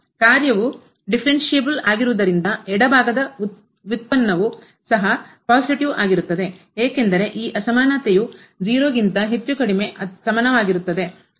ಕಾರ್ಯವುಆಗಿರುವುದರಿಂದ ಎಡ ಭಾಗದ ಉತ್ಪನ್ನವು ಸಹ positiveಧನಾತ್ಮಕ ವಾಗಿರುತ್ತದೆ ಏಕೆಂದರೆ ಈ ಅಸಮಾನತೆಯು